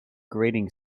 grating